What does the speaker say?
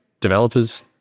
developers